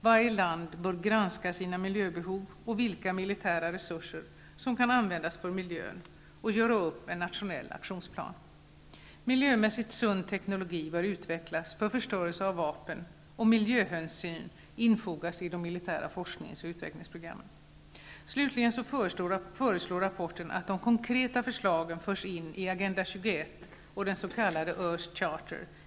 Varje land bör granska sina miljöbehov och vilka militära resurser som kan användas för miljön och sedan göra upp en nationell aktionsplan. Miljömässigt sund teknologi bör utvecklas för förstörelse av vapen. Miljöhänsyn bör infogas i de militära forsknings och utvecklingsprogrammen. Slutligen föreslås i rapporten att de konkreta förslagen skall föras in i agenda 21 och i den s.k.